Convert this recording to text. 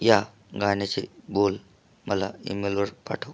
या गाण्याचे बोल मला ईमेलवर पाठव